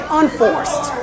unforced